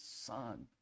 son